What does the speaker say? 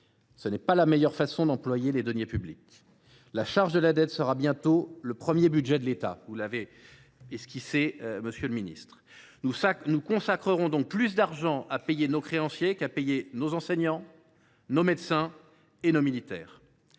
qui n’est pas la meilleure façon d’employer les deniers publics… La charge de la dette sera bientôt le premier budget de l’État, comme M. le ministre l’a esquissé. Nous consacrerons alors plus d’argent à rembourser nos créanciers qu’à payer nos enseignants, nos médecins et nos militaires.